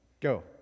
Go